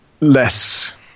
less